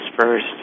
first